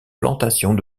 plantations